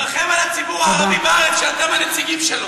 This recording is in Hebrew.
אני מרחם על הציבור הערבי בארץ שאתם הנציגים שלו.